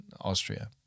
Austria